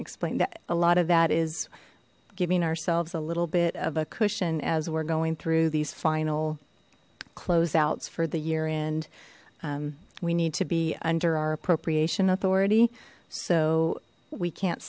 explain that a lot of that is giving ourselves a little bit of a cushion as we're going through these final closeouts for the year end we need to be under our appropriation authority so we can't